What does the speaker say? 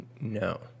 No